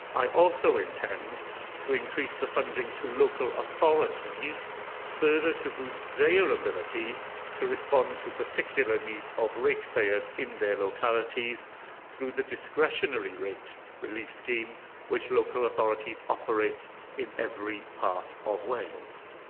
i also intend to increase the funding to local authorities further to boost their ability to respond to particular needs of ratepayers in their localities through the discretionary rate relief scheme that local authorities operate in every part of wales.